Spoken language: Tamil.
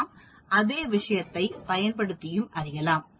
நாம் அதே விஷயத்தை பயன்படுத்தியும் அறியலாம்